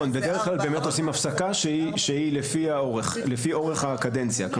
באמת עושים הפסקה שהיא לפי אורך הקדנציה.